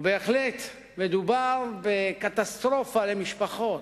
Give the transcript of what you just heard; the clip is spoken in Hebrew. בהחלט מדובר בקטסטרופה למשפחות,